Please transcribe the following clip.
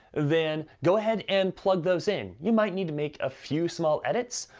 then go ahead and plug those in. you might need to make a few small edits,